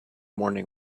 morning